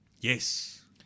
Yes